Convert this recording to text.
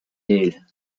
nil